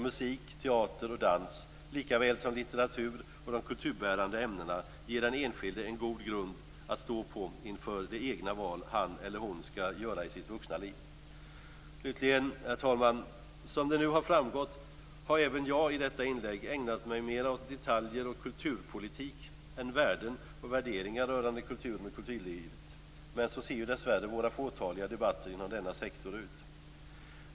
Musik, teater och dans, likaväl som litteratur och de kulturbärande ämnena, ger den enskilde en god grund att stå på inför det egna val han eller hon skall göra i sitt vuxna liv. Herr talman! Som det har framgått har även jag ägnat mig mera åt detaljer och kulturpolitik än värden och värderingar rörande kulturen och kulturlivet. Men så ser ju dessvärre våra fåtaliga debatter inom denna sektor ut.